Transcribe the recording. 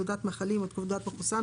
תעודת מחלים או תעודת מחוסן,